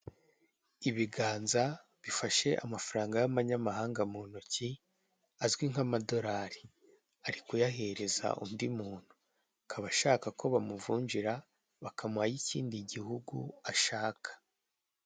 Ibiganza bifashe amafaranga y'amanyamahanga mu ntoki azwi nk'amadorari ari kuyahereza undi muntu akaba ashaka ko bamuvunjira bakamuaha ay'ikindi gihugu ashaka.